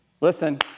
listen